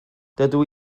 dydw